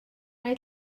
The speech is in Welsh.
mae